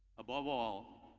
above all,